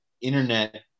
internet